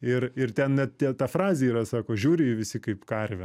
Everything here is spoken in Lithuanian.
ir ir ten net te ta frazė yra sako į žiūri visi kaip karvę